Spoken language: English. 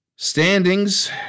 Standings